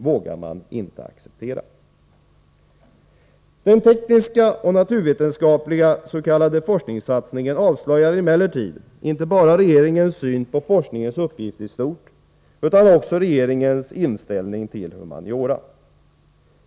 Den tekniska och naturvetenskapliga s.k. forskningssatsningen avslöjar emellertid inte bara regeringens syn på forskningens uppgifter i stort, utan också regeringens inställning till humaniora.